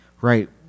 Right